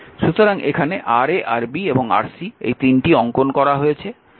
সুতরাং এখানে Ra Rb এবং Rc এই তিনটি অঙ্কন করা হয়েছে